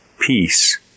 peace